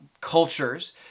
cultures